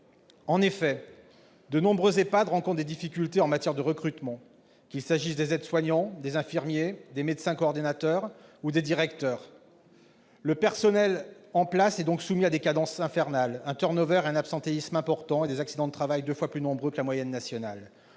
En effet, de nombreux EHPAD rencontrent des difficultés en matière de recrutement, qu'il s'agisse des aides-soignants, des infirmiers, des médecins coordinateurs ou des directeurs. Le personnel en place est donc confronté à des cadences infernales, à un et à un absentéisme importants et à un taux d'accidents du travail deux fois plus élevé que la moyenne nationale.